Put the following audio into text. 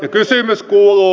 kysymys kuuluu